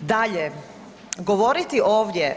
Dalje, govoriti ovdje